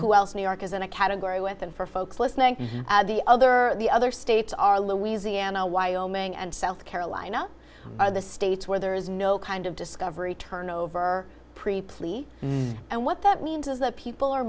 who else new york is in a category with and for folks listening the other the other states are louisiana wyoming and south carolina are the states where there is no kind of discovery turnover preplan and what that means is that people are